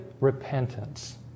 repentance